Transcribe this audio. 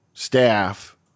staff